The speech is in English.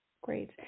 Great